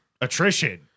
attrition